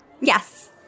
Yes